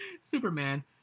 Superman